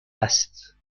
است